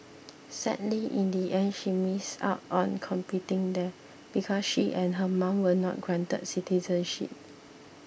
sadly in the end she missed out on competing there because she and her mom were not granted citizenship